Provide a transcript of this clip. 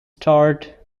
starred